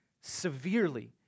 severely